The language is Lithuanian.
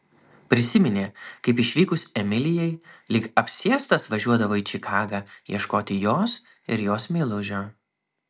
prisiminė kaip išvykus emilijai lyg apsėstas važiuodavo į čikagą ieškoti jos ir jos meilužio